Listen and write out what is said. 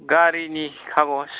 गारिनि खागस